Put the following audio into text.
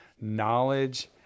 knowledge